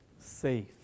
safe